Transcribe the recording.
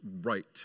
right